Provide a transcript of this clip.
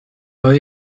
neu